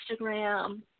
Instagram